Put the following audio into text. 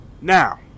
Now